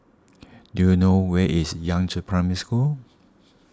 do you know where is Yangzheng Primary School